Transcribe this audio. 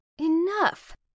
Enough